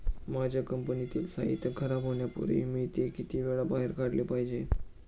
माझ्या कंपनीतील साहित्य खराब होण्यापूर्वी मी ते किती वेळा बाहेर काढले पाहिजे?